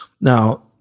Now